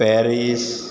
Paris